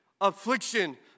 affliction